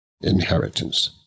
inheritance